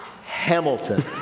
Hamilton